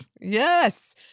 Yes